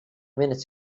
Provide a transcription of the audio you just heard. minutes